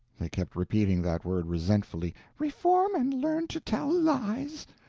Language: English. they kept repeating that word resentfully. reform and learn to tell lies!